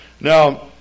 Now